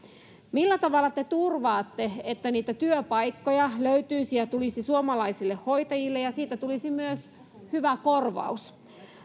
millä tavalla te turvaatte että niitä työpaikkoja löytyisi ja tulisi suomalaisille hoitajille ja siitä tulisi myös hyvä korvaus